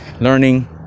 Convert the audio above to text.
Learning